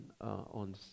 on